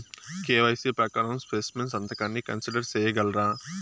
KYC ప్రకారం specimen సంతకాన్ని consider సేయగలరా?